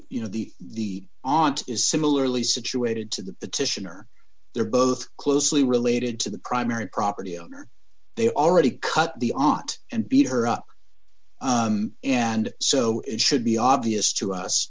you know the the aunt is similarly situated to the petitioner they're both closely related to the primary property owner they already cut the aunt and beat her up and so it should be obvious to us